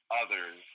others